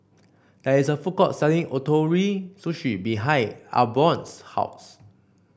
there is a food court selling Ootoro Sushi behind Albion's house